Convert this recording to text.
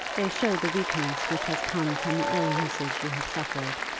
they show the weakness which has come from the ill-usage you have suffered.